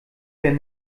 bin